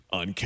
on